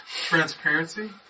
Transparency